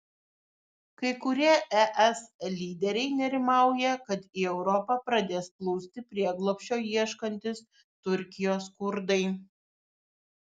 kai kurie es lyderiai nerimauja kad į europą pradės plūsti prieglobsčio ieškantys turkijos kurdai